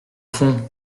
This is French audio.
fond